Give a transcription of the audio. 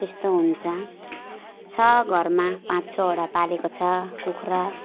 त्यस्तो हुन्छ छ घरमा पाँच छवटा पालेको छ कुखुरा